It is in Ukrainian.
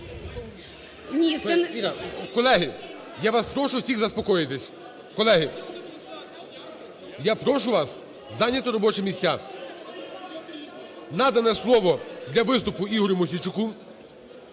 Колеги, я вас прошу всіх заспокоїтись! Колеги, я прошу вас зайняти робочі місця. Надано слово для виступу ІгорюМосійчуку.